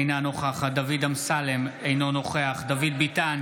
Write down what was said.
אינה נוכחת דוד אמסלם, אינו נוכח דוד ביטן,